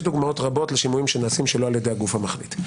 יש דוגמאות רבות לשימועים שנעשים שלא על ידי הגוף המחליט.